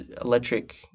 electric